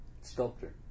Sculptor